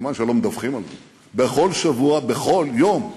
כמובן לא מדווחים על זה, בכל שבוע, בכל יום,